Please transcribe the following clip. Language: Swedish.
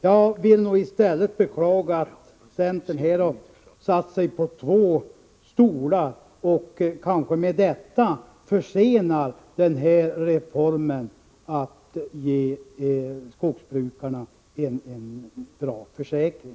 Jag beklagar att centerledamöterna här har satt sig på två stolar och därmed kanske försenar den reform som skulle kunna ge skogsbrukarna en bra försäkring.